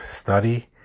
study